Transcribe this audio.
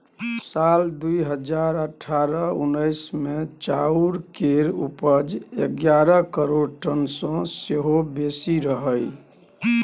साल दु हजार अठारह उन्नैस मे चाउर केर उपज एगारह करोड़ टन सँ सेहो बेसी रहइ